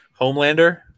Homelander